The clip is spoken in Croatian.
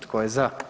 Tko je za?